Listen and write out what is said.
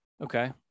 Okay